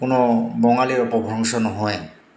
কোনো বঙালীৰ উপভংশ নহয়